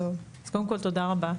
טוב, אז קודם כל תודה רבה.